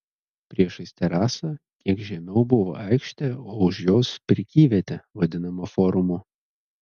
priešais terasą kiek žemiau buvo aikštė o už jos prekyvietė vadinama forumu